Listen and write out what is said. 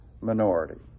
minority